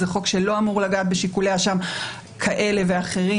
זה חוק שלא אמור לגעת בשיקולי אשם כאלה ואחרים